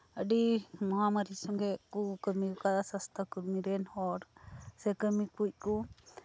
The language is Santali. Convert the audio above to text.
ᱟᱹᱰᱤ ᱢᱚᱦᱟᱢᱟᱨᱤ ᱥᱚᱝᱜᱮ ᱠᱚ ᱠᱟᱹᱢᱤ ᱟᱠᱟᱫᱟ ᱥᱟᱥᱛᱷᱚ ᱠᱚᱨᱢᱤ ᱨᱮᱱ ᱦᱚᱲ ᱥᱮ ᱠᱟᱹᱢᱤ ᱠᱚᱡ ᱠᱚ